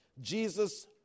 Jesus